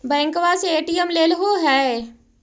बैंकवा से ए.टी.एम लेलहो है?